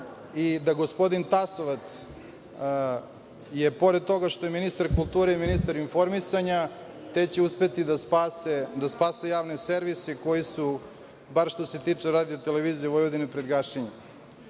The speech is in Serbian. i da gospodin Tasovac je pored toga što je ministar kulture i ministar informisanja, da će uspeti da spase javne servise koji su, bar što se tiče RTV, pred gašenjem. Dok